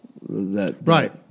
Right